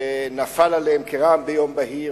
שנפל עליהם כרעם ביום בהיר,